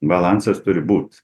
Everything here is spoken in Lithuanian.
balansas turi būt